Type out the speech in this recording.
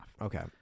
Okay